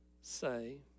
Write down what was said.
say